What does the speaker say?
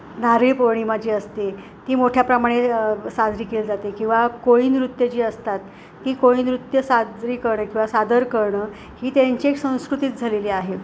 नारळी पौर्णिमा जी असते ती मोठ्याप्रमाणे साजरी केली जाते किंवा कोळीनृत्यं जी असतात ती कोळीनृत्यं साजरी करणं किंवा सादर करणं ही त्यांची एक संस्कृतीच झालेली आहे